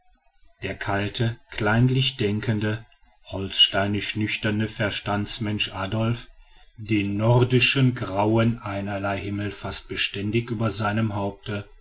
der kalte kleinlich denkende holsteinisch nüchterne verstandesmensch adolf den nordischen grauen einerleihimmel fast beständig über seinem haupte